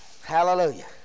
Hallelujah